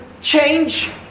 change